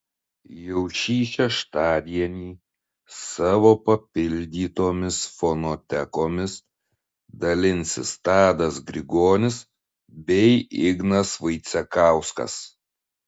jau šį šeštadienį savo papildytomis fonotekomis dalinsis tadas grigonis bei ignas vaicekauskas